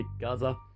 Gaza